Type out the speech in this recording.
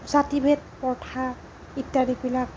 জাতি ভেদ প্ৰথা ইত্যাদিবিলাক